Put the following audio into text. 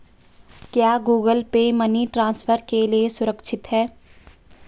क्या Google pay money transfer के लिए सुरक्षित है?